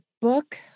book